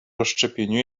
rozszczepieniu